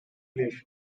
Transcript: list